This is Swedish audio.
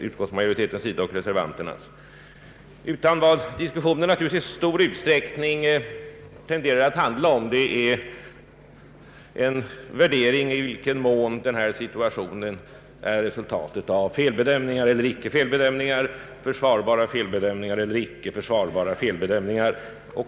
Vad diskussionen i stor utsträckning tenderar att handla om är en värdering av i vilken mån denna situation är resultatet av felbedömningar eller icke felbedömningar, försvarbara felbedömningar eller icke försvarbara sådana.